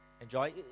enjoy